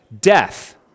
Death